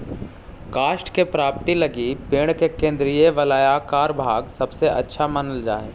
काष्ठ के प्राप्ति लगी पेड़ के केन्द्रीय वलयाकार भाग सबसे अच्छा मानल जा हई